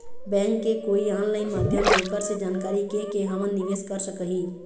Bank के कोई online माध्यम जेकर से जानकारी के के हमन निवेस कर सकही?